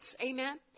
Amen